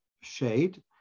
shade